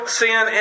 sin